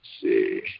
see